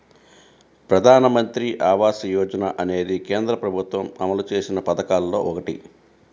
ప్రధానమంత్రి ఆవాస యోజన అనేది కేంద్ర ప్రభుత్వం అమలు చేసిన పథకాల్లో ఒకటి